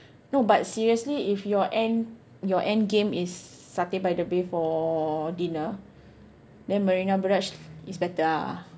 no but seriously if your end your endgame is satay by the bay for dinner then Marina Barrage is better ah